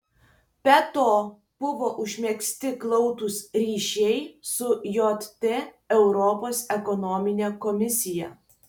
be to buvo užmegzti glaudūs ryšiai su jt europos ekonomine komisija